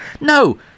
No